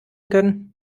können